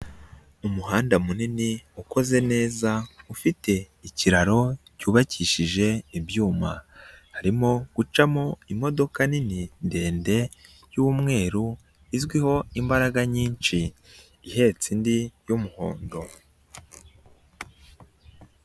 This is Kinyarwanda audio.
Umuhanda munini ukoze neza, ufite ikiraro cyubakishije ibyuma, harimo gucamo imodoka nini ndende y'umweru, izwiho imbaraga nyinshi ihetse indi y'umuhondo.